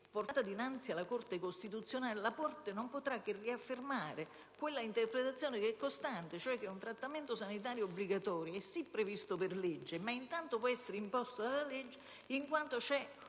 il caso dinanzi alla Corte costituzionale, la stessa Corte non potrà che riaffermare un'interpretazione costante, e cioè che un trattamento sanitario obbligatorio è sì previsto per legge, ma intanto può essere imposto dalla legge in quanto si